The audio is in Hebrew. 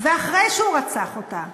ואחרי שהוא רצח אותה